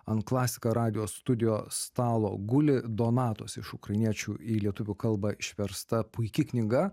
ant klasika radijo studijos stalo guli donatos iš ukrainiečių į lietuvių kalbą išversta puiki knyga